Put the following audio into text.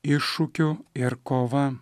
iššūkiu ir kova